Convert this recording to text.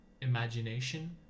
imagination